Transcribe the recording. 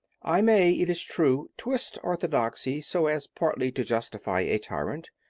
i may, it is true, twist orthodoxy so as partly to justify a tyrant.